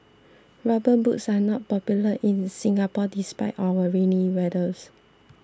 rubber boots are not popular in Singapore despite our rainy weathers